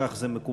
כך זה מקובל.